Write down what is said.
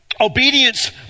Obedience